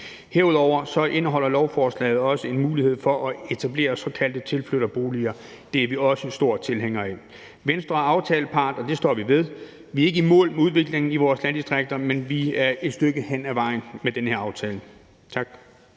Herudover indeholder lovforslaget også en mulighed for at etablere såkaldte tilflytterboliger. Det er vi også store tilhængere af. Venstre er aftalepart, og det står vi ved. Vi er ikke i mål med udviklingen i vores landdistrikter, men vi er et stykke hen ad vejen med den her aftale. Tak.